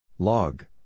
Log